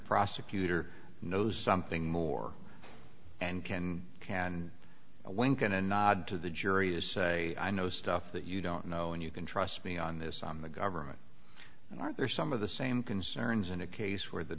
prosecutor knows something more and can can and a wink and a nod to the jury is say i know stuff that you don't know and you can trust me on this on the government and are there some of the same concerns in a case where the